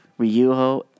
Ryuho